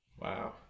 Wow